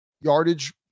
yardage